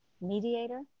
mediator